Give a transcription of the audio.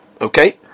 Okay